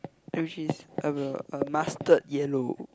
which is a mustard yellow